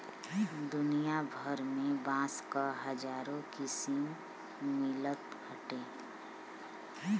दुनिया भर में बांस क हजारो किसिम मिलत बाटे